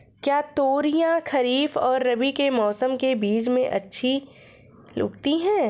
क्या तोरियां खरीफ और रबी के मौसम के बीच में अच्छी उगती हैं?